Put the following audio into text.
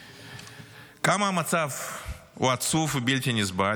כמה המצב הוא עצוב ובלתי נסבל,